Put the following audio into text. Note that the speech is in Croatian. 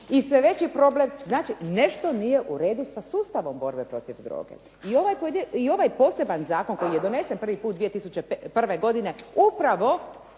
i sve veći problem. Znači nešto nije uredu sa sustavom borbe protiv droge. I ovaj posebni zakon koji je donesen prvi put 2001. godine upravo